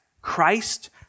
Christ